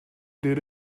did